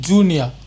Junior